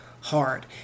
hard